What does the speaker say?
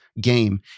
game